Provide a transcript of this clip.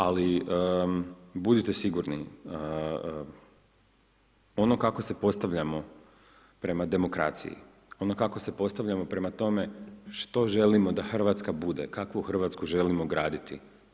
Ali, budite sigurni, ono kako se postavljamo prema demokraciji, ono kako se postavljamo prema tome što želimo da Hrvatska bude, kakvu Hrvatsku želimo graditi.